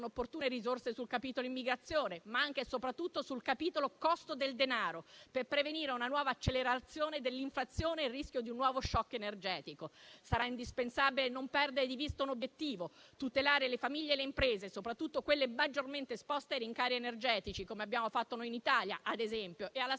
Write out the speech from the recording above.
opportune risorse sul capitolo immigrazione, ma anche e soprattutto sul capitolo costo del denaro, per prevenire una nuova accelerazione dell'inflazione e il rischio di un nuovo *shock* energetico. Sarà indispensabile non perdere di vista un obiettivo: tutelare le famiglie e le imprese, soprattutto quelle maggiormente esposte ai rincari energetici (come abbiamo fatto noi in Italia, ad esempio) e alla